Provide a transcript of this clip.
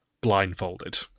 Blindfolded